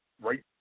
right